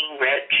rich